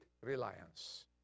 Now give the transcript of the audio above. reliance